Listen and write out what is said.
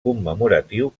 commemoratiu